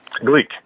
Gleek